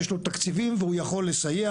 יש לו תקציבים והוא יכול לסייע.